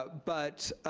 but